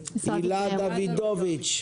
בבקשה.